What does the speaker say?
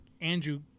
Andrew